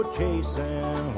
chasing